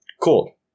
Cool